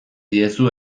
diezu